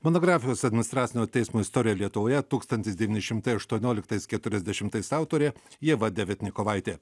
monografijos administracinio teismo istorija lietuvoje tūkstantis devyni šimtai aštuonioliktais keturiasdešimtais autorė ieva deviatnikovaitė